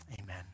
Amen